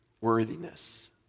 worthiness